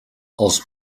els